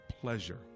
pleasure